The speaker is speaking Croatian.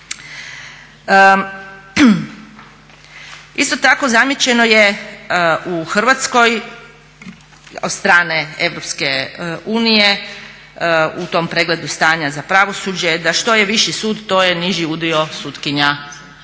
Isto tako zamijećeno je u Hrvatskoj od strane EU u tom pregledu stanja za pravosuđe da što je viši sud to je niži udio sutkinja i da ta